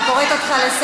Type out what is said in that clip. לא צריך שתי חזיתות.